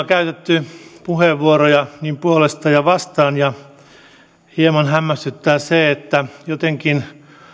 käytetty puheenvuoroja niin puolesta kuin vastaan ja hieman hämmästyttää se että jotenkin